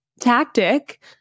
tactic